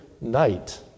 night